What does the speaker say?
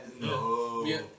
No